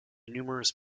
numerous